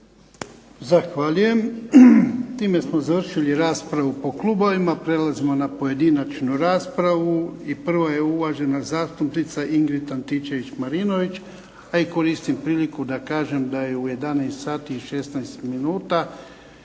Zahvaljujem. Time smo završili raspravu po klubovima, prelazimo na pojedinačnu raspravu. I prva je uvažena zastupnica Ingrid Antičević Marinović. A i koristim priliku da kažem da je u 11 sati